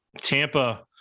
Tampa